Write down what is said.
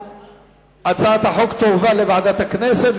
הצעת החוק תועבר לוועדת הכנסת,